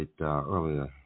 earlier